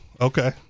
okay